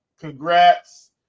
congrats